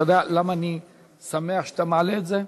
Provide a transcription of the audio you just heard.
אתה יודע למה אני שמח שאתה מעלה את זה?